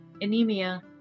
anemia